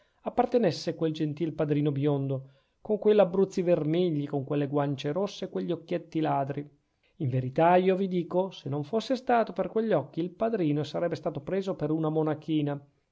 appartenesse quel gentile padrino biondo con que labbruzzi vermigli quelle guance rosse e quegli occhietti ladri in verità io vi dico se non fosse stato per quegli occhi il padrino sarebbe stato preso per una monachina